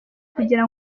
kugira